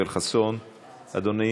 יואל חסון, אדוני,